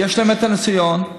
יש להם את הניסיון,